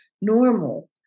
normal